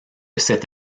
cette